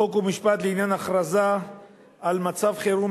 חוק ומשפט לעניין הכרזה על מצב חירום,